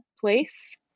place